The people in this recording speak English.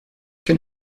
can